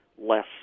less